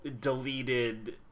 deleted